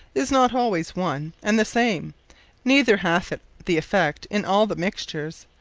is not alwayes one, and the same neither hath it the effect in all the mixtures,